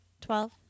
Twelve